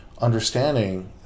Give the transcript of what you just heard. understanding